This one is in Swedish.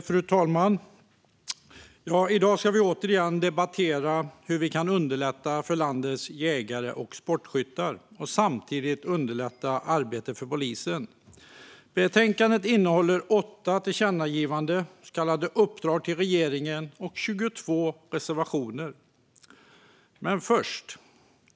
Fru talman! I dag ska vi återigen debattera hur vi kan underlätta för landets jägare och sportskyttar och samtidigt underlätta arbetet för polisen. Betänkandet innehåller åtta tillkännagivanden, så kallade uppdrag till regeringen, och 22 reservationer.